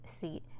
seat